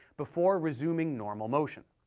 before resuming normal motion.